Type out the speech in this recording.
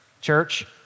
church